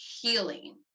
healing